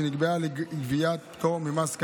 שנקבע לגביה פטור ממס,